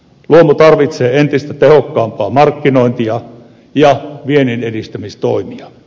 luomu tarvitsee entistä tehokkaampaa markkinointia ja vienninedistämistoimia